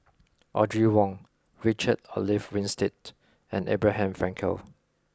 Audrey Wong Richard Olaf Winstedt and Abraham Frankel